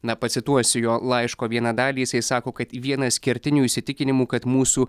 na pacituosiu jo laiško vieną dalį jisai sako kad vienas kertinių įsitikinimų kad mūsų